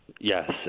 Yes